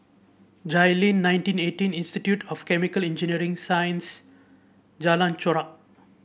Jayleen nineteen eighteen Institute of Chemical Engineering Sciences Jalan Chorak